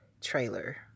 trailer